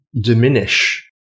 diminish